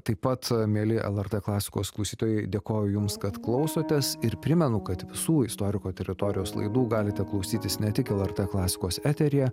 taip pat mieli lrt klasikos klausytojai dėkoju jums kad klausotės ir primenu kad visų istoriko teritorijos laidų galite klausytis ne tik lrt klasikos eteryje